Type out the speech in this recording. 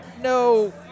no